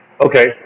okay